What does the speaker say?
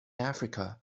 africa